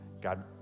God